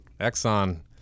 Exxon